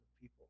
people